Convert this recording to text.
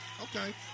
Okay